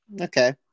Okay